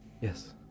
Yes